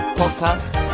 podcast